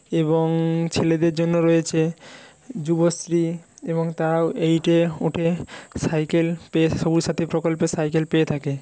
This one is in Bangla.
এবং ছেলেদের জন্য রয়েছে যুবশ্রী এবং তারাও এইটে উঠে সাইকেল পেয়ে সবুজ সাথী প্রকল্পে সাইকেল পেয়ে থাকে